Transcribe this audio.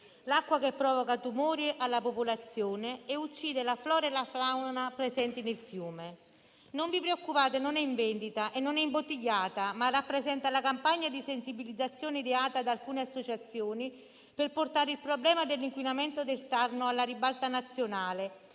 l'acqua che provoca tumori alla popolazione e uccide la flora e la fauna presenti nel fiume. Non vi preoccupate: non è in vendita e non è imbottigliata, ma rappresenta la campagna di sensibilizzazione ideata da alcune associazioni per portare il problema dell'inquinamento del Sarno alla ribalta nazionale